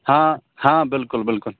ہاں ہاں بالکل بالکل